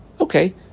Okay